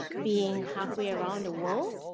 being halfway around a world